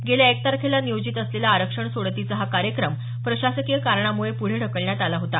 गेल्या एक तारखेला नियोजित असलेला आरक्षण सोडतीचा हा कार्यक्रम प्रशासकीय कारणामुळे पुढं ढकलण्यात आला होता